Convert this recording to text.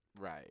Right